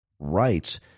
rights